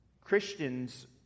Christians